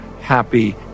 happy